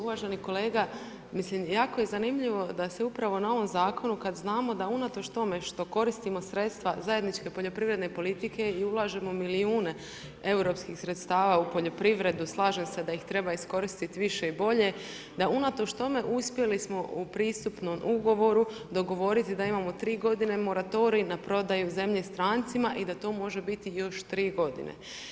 Uvaženi kolega, mislim jako je zanimljivo da se upravo na ovom zakonu kada znamo da unatoč tome što koristimo sredstva zajedničke poljoprivredne politike i ulažemo milijune europskih sredstava u poljoprivredu, slažem se da ih treba iskoristiti više i bolje, da unatoč tome uspjeli smo u pristupnom ugovoru dogovoriti da imamo tri godine moratorij na prodaju zemlje strancima i da to može biti još tri godine.